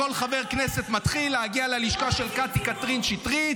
אני ממליץ לכל חבר כנסת מתחיל להגיע ללשכה של קטי קטרין שטרית